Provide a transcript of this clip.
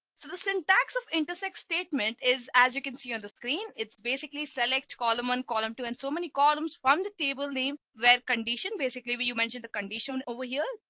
so the syntax of intersex statement is as you can see on the screen. it's basically select column one column two and so many columns from the table name where condition basically, we you mentioned the condition over here.